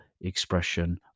expression